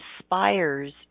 inspires